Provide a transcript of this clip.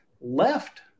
left